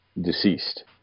deceased